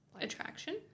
Attraction